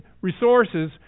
resources